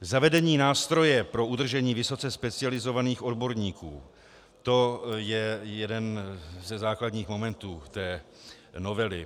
Zavedení nástroje pro udržení vysoce specializovaných odborníků je jeden ze základních momentů novely.